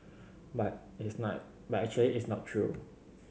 but it's night but actually it's not true